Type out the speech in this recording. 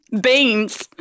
Beans